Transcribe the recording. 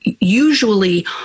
usually